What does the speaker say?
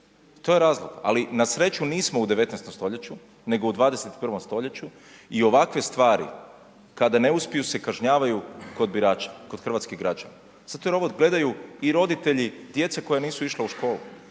to je razlog, ali na sreću nismo u 19. stoljeću, nego u 21. stoljeću i ovakve stvari kada ne uspiju se kažnjavaju kod birača, kod hrvatskih građana. Zato jer ovo gledaju i roditelji djece koja nisu išla u školu.